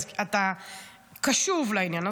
אז אתה קשוב לעניין.